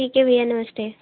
ठीक है भैया नमस्ते